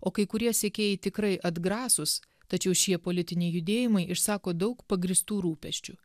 o kai kurie sekėjai tikrai atgrasūs tačiau šie politiniai judėjimai išsako daug pagrįstų rūpesčių